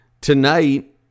tonight